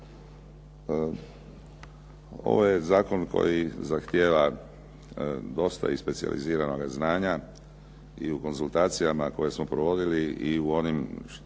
Ovo je zakon koji zahtijeva dosta i specijaliziranoga znanja i u konzultacijama koje smo provodili i u onim tekstovima